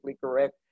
correct